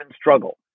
struggle